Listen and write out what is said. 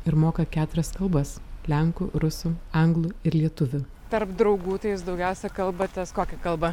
ir moka keturias kalbas lenkų rusų anglų ir lietuvių tarp draugų tai jūs daugiausia kalbatės kokia kalba